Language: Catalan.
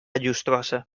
llustrosa